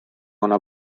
una